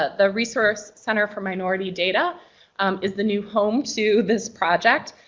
ah the resource center for minority data is the new home to this project.